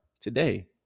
today